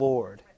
Lord